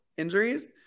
injuries